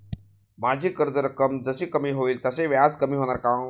माझी कर्ज रक्कम जशी कमी होईल तसे व्याज कमी होणार का?